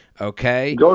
okay